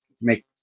make